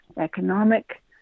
economic